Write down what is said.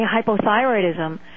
hypothyroidism